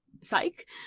Psych